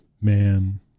Man